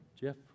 Jeff